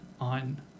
on